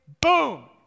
boom